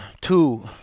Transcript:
two